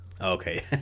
Okay